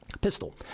pistol